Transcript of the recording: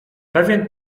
pewien